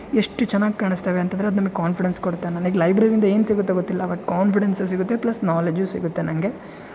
ಎಷ್ಟು ಚೆನ್ನಾಗ್ ಕಾಣಿಸ್ತವೆ ಅಂತಂದರೆ ಅದು ನಮಗೆ ಕಾನ್ಫಿಡೆನ್ಸ್ ಕೊಡುತ್ತೆ ನನಗೆ ಲೈಬ್ರೆರಿಯಿಂದ ಏನು ಸಿಗುತ್ತೋ ಗೊತ್ತಿಲ್ಲ ಬಟ್ ಕಾನ್ಫಿಡೆನ್ಸ್ ಸಿಗುತ್ತೆ ಪ್ಲಸ್ ನಾಲೆಜು ಸಿಗುತ್ತೆ ನಂಗೆ